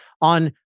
on